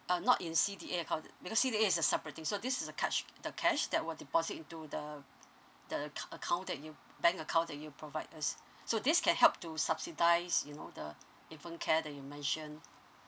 uh not in C_D_A account because C_D_A is a separating so this is a cas~ the cash that will deposit into the account account account that you bank account you provide us so this can help to subsidize you know the infant care that you mentioned